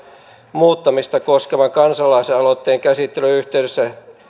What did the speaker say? muuttamista koskevan kansalaisaloitteen käsittelyn yhteydessä eduskunnan